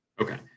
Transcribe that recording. okay